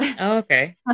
Okay